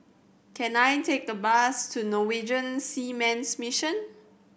can I take a bus to Norwegian Seamen's Mission